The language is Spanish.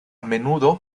menudo